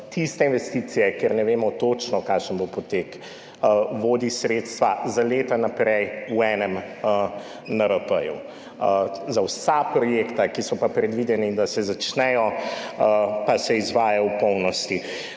tiste investicije, kjer ne vemo točno, kakšen bo potek, vodi sredstva za leta naprej v enem NRP. Za vse projekte, ki so predvideni in da se začnejo, pa se izvaja v polnosti.